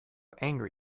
angry